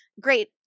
great